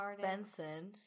Benson